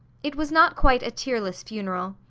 it was not quite a tearless funeral.